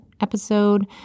episode